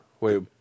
Wait